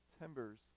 timbers